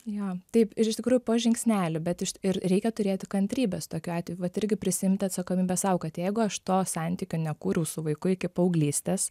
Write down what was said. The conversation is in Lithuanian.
jo taip ir iš tikrųjų po žingsnelį bet ir reikia turėti kantrybės tokiu atveju vat irgi prisiimti atsakomybę sau kad jeigu aš to santykio nekūriau su vaiku iki paauglystės